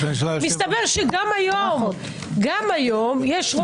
מסתבר שגם היום, גם היום יש ראש ממשלה.